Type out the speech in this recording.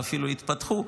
ואפילו יתפתחו.